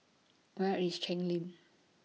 Where IS Cheng Lim